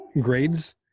grades